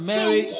Mary